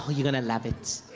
ah you gonna love it.